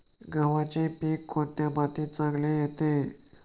गव्हाचे पीक कोणत्या मातीत चांगले येते?